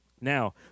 Now